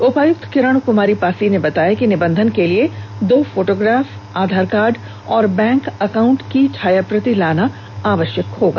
उपायुक्त किरण कुमारी पासी ने बताया कि निबंधन के लिए दो फोटोग्राफ आधार कार्ड और बैंक अकाउंट की छायाप्रति लाना आवश्यक है